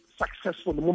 successful